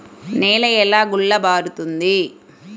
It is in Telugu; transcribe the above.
నేల ఎలా గుల్లబారుతుంది?